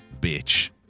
bitch